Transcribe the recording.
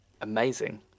Amazing